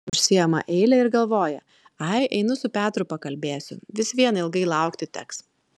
užsiima eilę ir galvoja ai einu su petru pakalbėsiu vis vien ilgai laukti teks